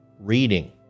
reading